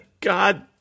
God